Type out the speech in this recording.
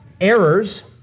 errors